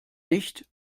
nicht